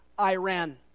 Iran